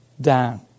down